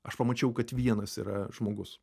aš pamačiau kad vienas yra žmogus